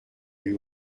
eut